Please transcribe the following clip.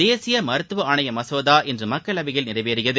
தேசிய மருத்துவ ஆணைய மசோதா இன்று மக்களவையில் நிறைவேறியது